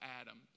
Adam